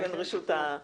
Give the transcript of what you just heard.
האכיפה.